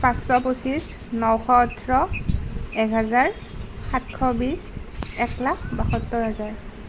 পাঁচশ পচিছ নশ ওঠৰ একহেজাৰ সাতশ বিছ এক লাখ বাসত্তৰ হেজাৰ